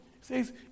says